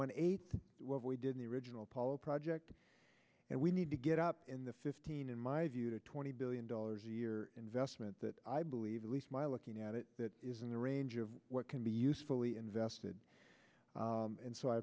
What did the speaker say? one eight what we did in the original project and we need to get up in the fifteen in my view the twenty billion dollars a year investment that i believe at least my looking at it that is in the range of what can be usefully invested and so i